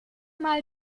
mal